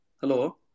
Hello